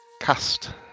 cast